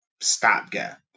stopgap